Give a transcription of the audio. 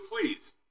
please